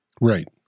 Right